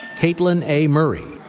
kaitlyn a. murray,